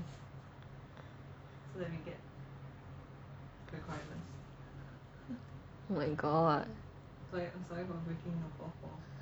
oh my god